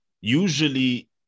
usually